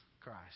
Christ